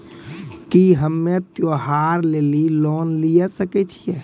की हम्मय त्योहार लेली लोन लिये सकय छियै?